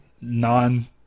non